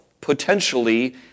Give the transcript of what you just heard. potentially